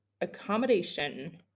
Accommodation